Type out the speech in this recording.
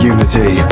Unity